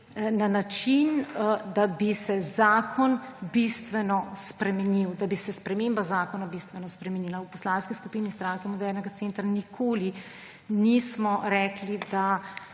na način, da bi se zakon bistveno spremenil, da bi se sprememba zakona bistveno spremenila. V Poslanski skupini Stranke modernega centra nikoli nismo rekli, da